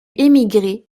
émigrer